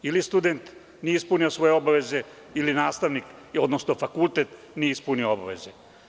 Ili student nije ispunio svoje obaveze ili nastavnik, odnosno fakultet nije ispunio obaveze.